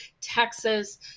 Texas